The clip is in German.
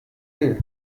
will